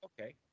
Okay